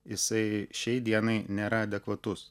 jisai šiai dienai nėra adekvatus